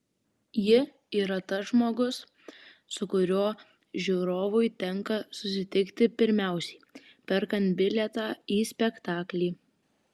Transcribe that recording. ji yra tas žmogus su kuriuo žiūrovui tenka susitikti pirmiausiai perkant bilietą į spektaklį